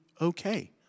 okay